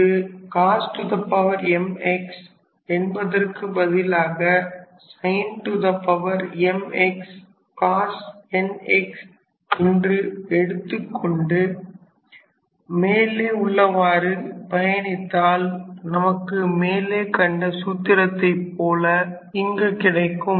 இங்கு cos mx என்பதற்கு பதிலாக sin mx cos nx என்று எடுத்துக்கொண்டு மேலே உள்ளவாறு பயணித்தால் நமக்கு மேலே கண்ட சூத்திரத்தைப் போல இங்கு கிடைக்கும்